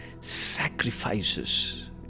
sacrifices